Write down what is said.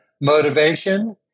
motivation